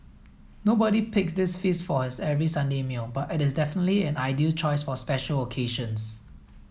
nobody picks this feast for his every Sunday meal but it is definitely an ideal choice for special occasions